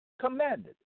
commanded